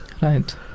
Right